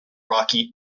rocky